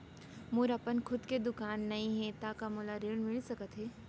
मोर अपन खुद के दुकान नई हे त का मोला ऋण मिलिस सकत?